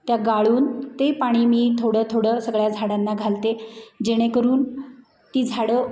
त्या गाळून ते पाणी मी थोडं थोडं सगळ्या झाडांना घालते जेणेकरून ती झाडं